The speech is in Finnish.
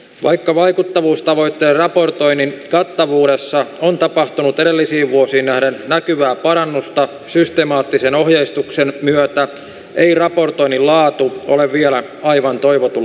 vaikka vaikuttavuustavoitteiden raportoinnin kattavuudessa on tapahtunut edellisiin vuosiin nähden näkyvää parannusta systemaattisen ohjeistuksen myötä ei raportoinnin laatu ole vielä aivan toivotulla tasolla